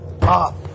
up